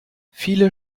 viele